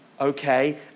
okay